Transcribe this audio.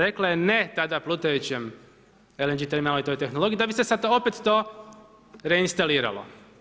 Rekla je ne tada plutajućem LNG terminalu i toj tehnologiji, da bi se sad opet to reinstaliralo.